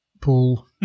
pool